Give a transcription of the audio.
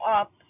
up